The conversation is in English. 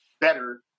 better